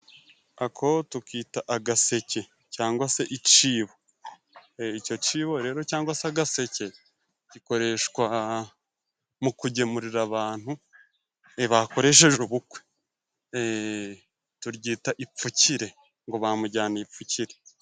Ako tukita agaseke cyangwa se icyibo , icyo cyibo rero cyangwa se agaseke gikoreshwa mu kugemurira abantu bakoresheje ubukwe ,turyita ipfukire ngo bamujaniye ipfukire.